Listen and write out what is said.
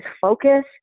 focus